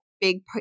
big